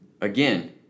again